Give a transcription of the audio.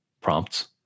prompts